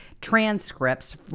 transcripts